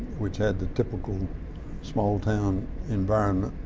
which had the typical small town environment,